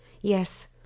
Yes